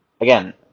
Again